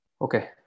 Okay